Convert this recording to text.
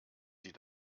sie